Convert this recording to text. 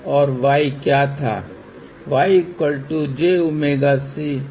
एक डिजाइन जो लो आवृत्ति पास करता है और हाई आवृत्ति को अवरुद्ध करता है एक हाई पास डिजाइन क्या है